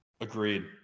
Agreed